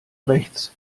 rechts